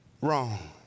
wrong